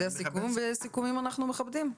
זה הסיכום וסיכומים אנחנו מכבדים.